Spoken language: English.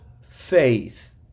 faith